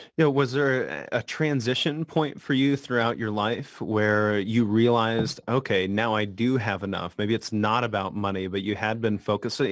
know, was there a transition point for you throughout your life where you realized, okay. now i do have enough. maybe it's not about money, but you had been focused.